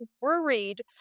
worried